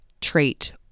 trait